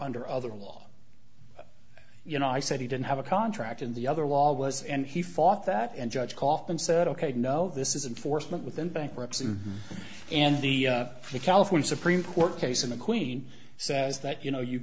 under other law you know i said he didn't have a contract and the other law was and he fought that and judge kaufman said ok no this is unfortunate within bankruptcy and the california supreme court case and the queen says that you know you